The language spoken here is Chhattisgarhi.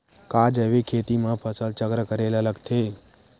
का जैविक खेती म फसल चक्र करे ल लगथे?